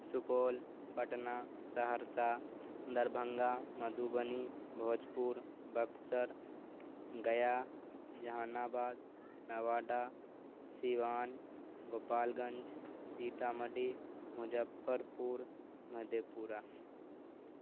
Supaul Patna Saharsa Darbhanga Madhubani Bhojpur Buxar Gaya Jehanabad Nawada Siwan Gopalganj Sitamarhi Muzaffarpur مدھے Pura